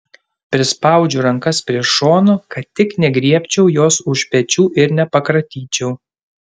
prispaudžiu rankas prie šonų kad tik negriebčiau jos už pečių ir nepakratyčiau